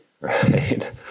right